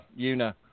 UNA